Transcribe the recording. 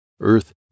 earth